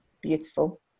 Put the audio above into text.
beautiful